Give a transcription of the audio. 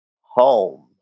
home